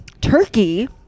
Turkey